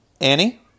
Annie